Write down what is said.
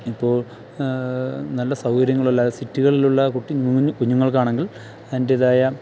ഇപ്പോൾ നല്ല സൗകര്യങ്ങളല്ലാതെ സിറ്റികളിലുള്ള കുട്ടി കുഞ്ഞുങ്ങൾക്കാണെങ്കിൽ അതിൻറേതായ